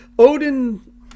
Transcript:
Odin